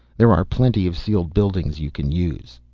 there are plenty of sealed buildings you can use.